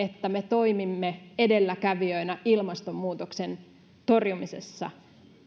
että me toimimme edelläkävijöinä ilmastonmuutoksen torjumisessa